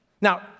Now